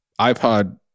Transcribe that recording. iPod